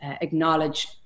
acknowledge